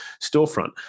storefront